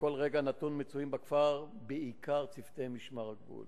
בכל רגע נתון מצויים בכפר בעיקר צוותי משמר הגבול.